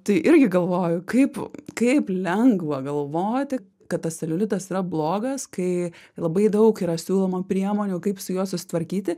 tai irgi galvoju kaip kaip lengva galvoti kad tas celiulitas yra blogas kai labai daug yra siūlomų priemonių kaip su juo susitvarkyti